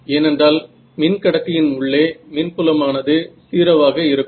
ஏனென்றால் மின் கடத்தியின் உள்ளே மின்புலம் ஆனது 0 ஆக இருக்கும்